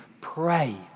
Pray